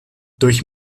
durch